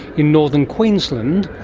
in northern queensland.